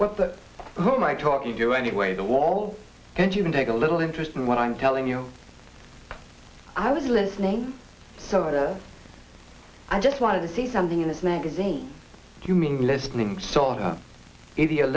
what the who am i talking do anyway the wall and you can take a little interest in what i'm telling you i was listening so i just wanted to see something in this magazine you mean listening sorta i